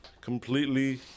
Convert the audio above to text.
completely